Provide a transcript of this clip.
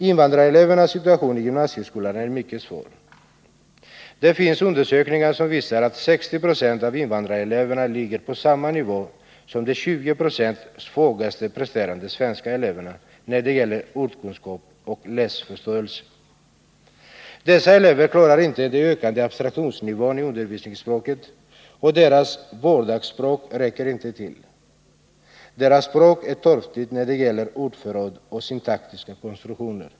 Invandrarelevernas situation i gymnasieskolan är mycket svår. Det finns undersökningar som visar att 60 96 av invandrareleverna ligger på samma nivå som de 20 96 mest svagpresterande svenska eleverna när det gäller ordkunskap och läsförståelse. Dessa elever klarar inte den ökade abstraktionsnivån i undervisningsspråket, och deras vardagsspråk räcker inte till. Deras språk är torftigt när det gäller ordförråd och syntaktiska konstruktioner.